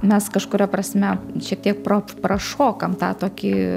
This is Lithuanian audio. mes kažkuria prasme šiek tiek pro prašokam tą tokį